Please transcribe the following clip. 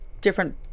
different